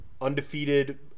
undefeated